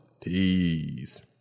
Peace